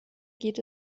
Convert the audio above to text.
geht